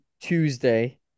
Tuesday